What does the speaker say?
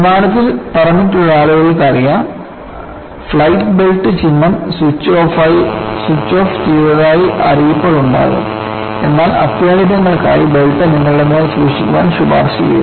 വിമാനത്തിൽ പറന്നിട്ടുള്ള ആളുകൾക്ക് അറിയാം ഫ്ലൈറ്റ് ബെൽറ്റ് ചിഹ്നം സ്വിച്ച് ഓഫ് ചെയ്തതായി അറിയിപ്പുകൾ ഉണ്ടാകും എന്നാൽ അത്യാഹിതങ്ങൾക്കായി ബെൽറ്റ് നിങ്ങളുടെ മേൽ സൂക്ഷിക്കാൻ ശുപാർശ ചെയ്യുന്നു